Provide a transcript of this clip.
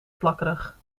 plakkerig